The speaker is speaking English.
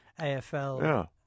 AFL